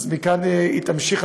אז מכאן היא תמשיך,